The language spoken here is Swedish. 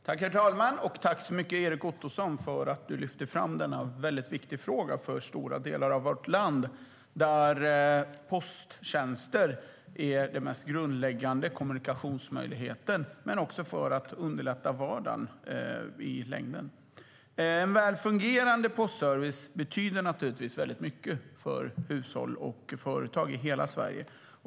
Herr talman! Tack så mycket, Erik Ottoson, för att du lyfter fram denna fråga som är väldigt viktig för stora delar av vårt land, där posttjänster är den mest grundläggande kommunikationsmöjligheten och som också underlättar vardagen. En väl fungerande postservice betyder naturligtvis väldigt mycket för hushåll och företag i hela Sverige.